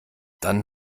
dann